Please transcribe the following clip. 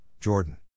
Jordan